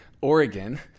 Oregon